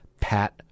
pat